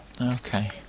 okay